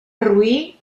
roí